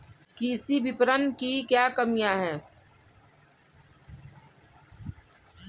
कृषि विपणन की क्या कमियाँ हैं?